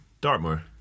Dartmoor